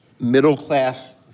middle-class